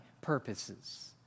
purposes